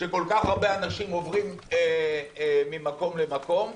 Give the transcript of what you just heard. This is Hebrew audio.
כשכל כך הרבה אנשים עוברים ממקום למקום.